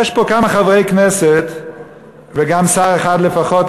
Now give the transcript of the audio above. יש פה כמה חברי כנסת וגם שר אחד לפחות,